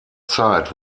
zeit